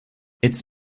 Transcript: its